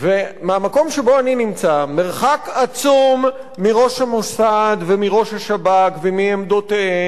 מרחק עצום מראש המוסד ומראש השב"כ ומעמדותיהם ומהרקורד שלהם,